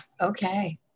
Okay